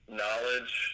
knowledge